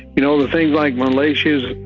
you know the things like militia's,